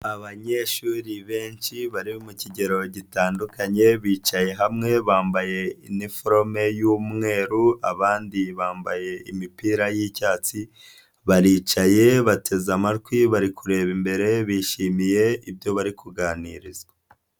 Abanyeshuri benshi bari mu kigero gitandukanye bicaye hamwe bambaye iniforome y'umweru, abandi bambaye imipira y'icyatsi, baricaye bateze amatwi bari kureba imbere bishimiye ibyo bari kuganirizwa.